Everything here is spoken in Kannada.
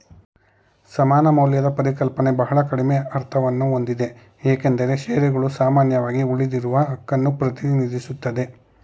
ಸಮಾನ ಮೌಲ್ಯದ ಪರಿಕಲ್ಪನೆ ಬಹಳ ಕಡಿಮೆ ಅರ್ಥವನ್ನಹೊಂದಿದೆ ಏಕೆಂದ್ರೆ ಶೇರುಗಳು ಸಾಮಾನ್ಯವಾಗಿ ಉಳಿದಿರುವಹಕನ್ನ ಪ್ರತಿನಿಧಿಸುತ್ತೆ